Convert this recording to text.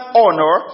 honor